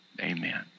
Amen